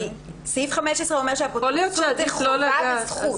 כי סעיף 15 אומר שאפוטרופסות זו חובה וזכות.